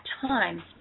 time